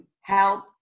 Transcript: help